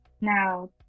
now